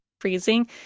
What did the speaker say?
freezing